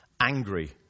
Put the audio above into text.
angry